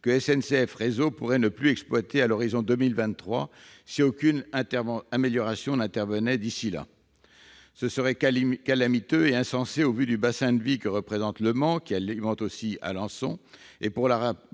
que SNCF Réseau pourrait ne plus exploiter à l'horizon 2023 si aucune amélioration n'intervenait d'ici là. Cela serait calamiteux et insensé au vu du bassin de vie que représente Le Mans, qui alimente Alençon. Pour rappel,